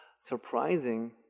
surprising